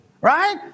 right